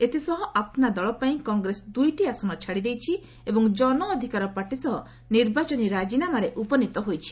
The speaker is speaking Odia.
ଏଥିସହ ଆପ୍ନା ଦଳ ପାଇଁ କଂଗ୍ରେସ ଦୁଇଟି ଆସନ ଛାଡ଼ିଦେଇଛି ଏବଂ ଜନ ଅଧିକାର ପାର୍ଟି ସହ ନିର୍ବାଚନୀ ରାଜିନାମାରେ ଉପନୀତ ହୋଇଛି